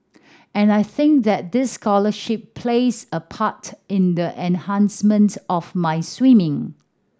and I think that this scholarship plays a part in the enhancement of my swimming